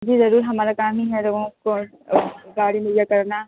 جی ضرور ہمارا کام ہی ہے لوگوں کو گاڑی مہیّا کرنا